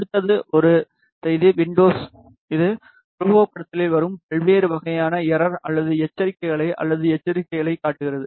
அடுத்தது ஒரு செய்தி வின்டோஸ் இது உருவகப்படுத்துதலில் வரும் பல்வேறு வகையான எரர் அல்லது எச்சரிக்கைகள் அல்லது எச்சரிக்கைகளைக் காட்டுகிறது